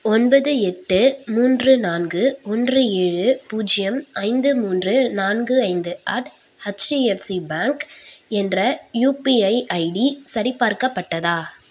ஒன்பது எட்டு மூன்று நான்கு ஒன்று ஏழு பூஜ்ஜியம் ஐந்து மூன்று நான்கு ஐந்து அட் ஹச்டிஎஃப்சி பேங்க் என்ற யூபிஐ ஐடி சரி பார்க்கப்பட்டதா